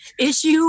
issue